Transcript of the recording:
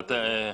לא,